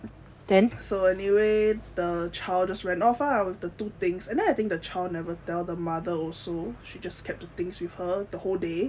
so anyway the child just ran off ah with the two things then I think the child never tell the mother also she just kept things with her the whole day